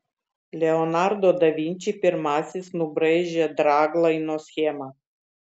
leonardo da vinči pirmasis nubraižė draglaino schemą